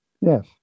Yes